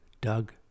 Doug